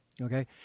Okay